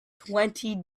twenty